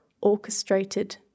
orchestrated